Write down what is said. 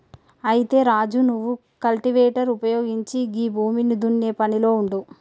అయితే రాజు నువ్వు కల్టివేటర్ ఉపయోగించి గీ భూమిని దున్నే పనిలో ఉండు